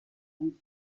and